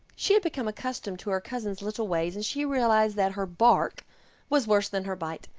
she had become accustomed to her cousin's little ways, and she realized that her bark was worse than her bite,